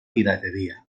pirateria